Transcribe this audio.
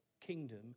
kingdom